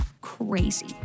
crazy